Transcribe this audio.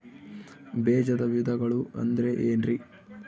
ಬೇಜದ ವಿಧಗಳು ಅಂದ್ರೆ ಏನ್ರಿ?